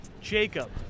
Jacob